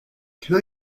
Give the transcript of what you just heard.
can